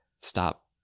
stop